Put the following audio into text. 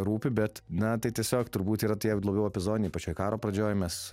rūpi bet na tai tiesiog turbūt yra tie labiau epizodiniai pačioj karo pradžioj mes